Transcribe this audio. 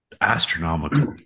astronomical